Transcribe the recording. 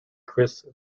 chris